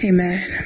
Amen